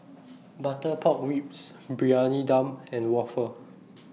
Butter Pork Ribs Briyani Dum and Waffle